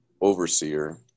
overseer